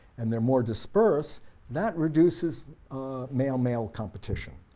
and they're more dispersed that reduces male male competition.